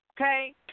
okay